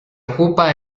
ocupa